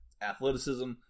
athleticism